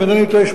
אם אינני טועה,